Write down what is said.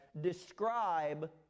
describe